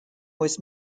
was